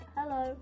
Hello